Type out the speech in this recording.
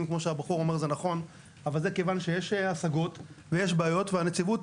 כמוש הבחור אומר זה נכון אבל זה כיוון שיש השגות ויש בעיות והנציבות